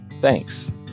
Thanks